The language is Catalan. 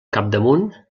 capdamunt